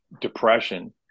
depression